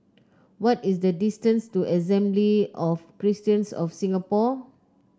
what is the distance to Assembly of Christians of Singapore